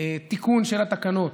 תיקון של התקנות.